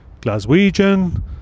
Glaswegian